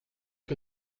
que